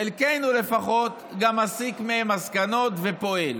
חלקנו לפחות גם מסיק מהם מסקנות ופועל,